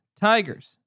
Tigers